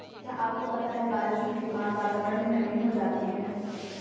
क्या आपको पता है बारिश होने के बाद वातावरण में नमी हो जाती है?